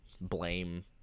blame